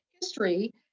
history